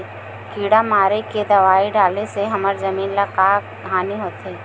किड़ा मारे के दवाई डाले से हमर जमीन ल का हानि होथे?